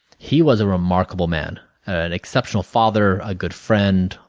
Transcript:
he was a remarkable man. an exceptional father, a good friend,